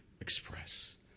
express